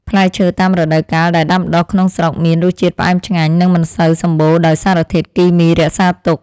ផ្លែឈើតាមរដូវកាលដែលដាំដុះក្នុងស្រុកមានរសជាតិផ្អែមឆ្ងាញ់និងមិនសូវសម្បូរដោយសារធាតុគីមីរក្សាទុក។